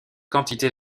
quantité